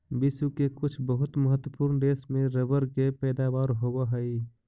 विश्व के कुछ बहुत महत्त्वपूर्ण देश में रबर के पैदावार होवऽ हइ